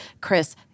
Chris